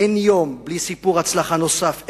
ואין יום בלי סיפור הצלחה נוסף,